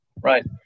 Right